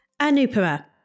anupama